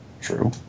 True